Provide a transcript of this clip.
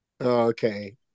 okay